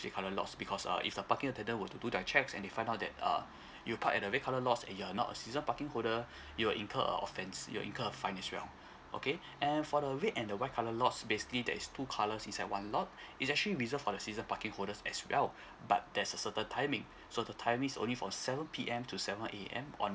red colour lots because uh if the parking attendant were to do their checks and they find out that uh you park at the red colour lots and you're not a season parking holder you'll incur a offence you'll incur a fine as well okay and for the red and the white colour lots basically there is two colours inside one lot it's actually reserved for the season parking holders as well but there's a certain timing so the timing's only from seven P_M to seven A_M on